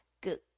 Good